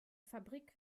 fabrik